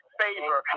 favor